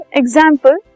example